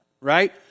Right